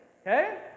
okay